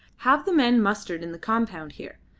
have the men mustered in the compound here.